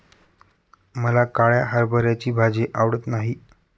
मला काळ्या हरभऱ्याची भाजी आवडत नाही